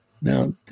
Now